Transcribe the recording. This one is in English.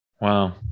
Wow